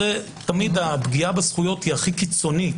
זה תמיד הפגיעה הכי קיצונית.